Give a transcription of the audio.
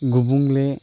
गुबुंले